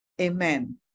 amen